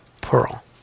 pearl